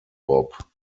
bob